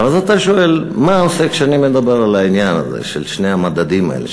אז אתה שואל: כשאני מדבר על העניין זה של שני המדדים האלה,